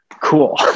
cool